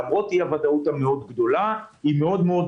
למרות אי-הוודאות הגדולה מאוד,